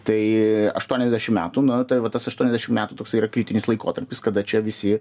tai aštuoniasdešim metų na tai va tas aštuoniasdešim metų toksai yra kritinis laikotarpis kada čia visi